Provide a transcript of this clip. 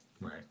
Right